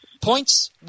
Points